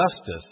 justice